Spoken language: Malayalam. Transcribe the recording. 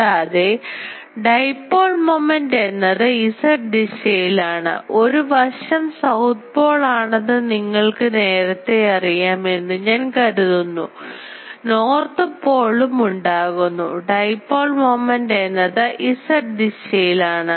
കൂടാതെ dipole moment എന്നത് Z ദിശയിലാണ് ഒരു വശം സൌത്ത് പോൾ ആണെന്ന് നിങ്ങൾക്ക് നേരത്തെ അറിയാം എന്ന് ഞാൻ കരുതുന്നു നോർത്ത് പോളും ഉണ്ടാകുന്നു dipole moment എന്നത് Z ദിശയിലാണ്